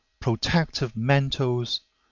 protective mantles,